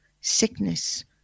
sickness